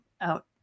out